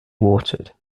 watered